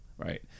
Right